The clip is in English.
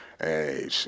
Hey